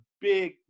big